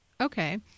Okay